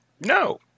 No